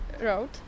road